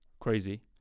crazy